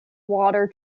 water